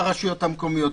לרשויות המקומיות.